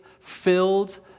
filled